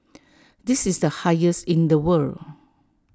this is the highest in the world